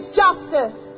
justice